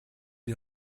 die